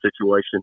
situation